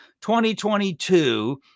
2022